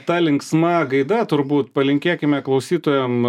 ta linksma gaida turbūt palinkėkime klausytojam